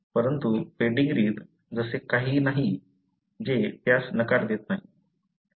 परंतु पेडीग्रीत असे काहीही नाही जे त्यास नकार देत नाही